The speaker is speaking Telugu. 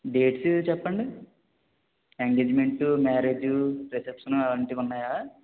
డేట్స్ చెప్పండి ఎంగేజ్మెంట్ మ్యారేజ్ రిసెప్షన్ అలాంటివి ఉన్నాయా